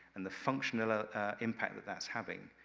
and the functional ah impact that that's having,